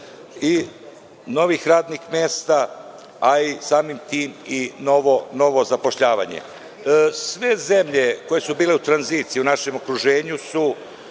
novih radnih mesta, a i novo zapošljavanje. Sve zemlje koje su bile u tranziciji u našem okruženju su